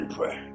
Pray